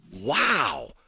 Wow